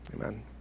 amen